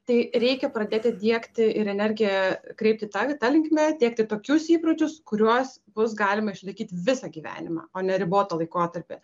tai reikia pradėti diegti ir energiją kreipti ta linkme diegti tokius įpročius kuriuos bus galima išlaikyt visą gyvenimą o ne ribotą laikotarpį